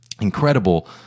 incredible